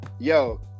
yo